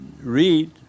read